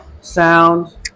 sound